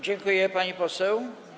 Dziękuję, pani poseł.